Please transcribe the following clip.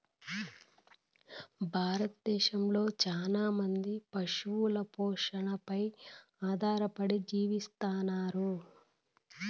భారతదేశంలో చానా మంది పశు పోషణపై ఆధారపడి జీవిస్తన్నారు